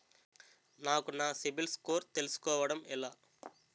నాకు నా CIBIL score తెలుసుకోవడం ఎలా?